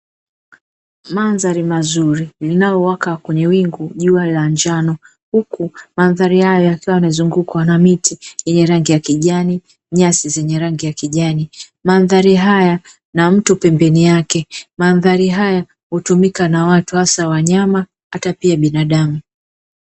Mandhari mazuri inayowaka kwenye wingu jua la njano huku mandhari haya yakiwa yamezungukwa na miti yenye rangi ya kijani, nyasi zenye rangi ya kijani mandhari haya na mtu pembeni yake, mandhari haya hutumika na watu hasa wanyama hata pia binadamu.